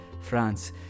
France